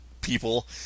people